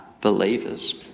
believers